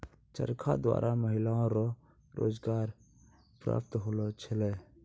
चरखा द्वारा महिलाओ रो रोजगार प्रप्त होलौ छलै